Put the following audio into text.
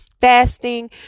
fasting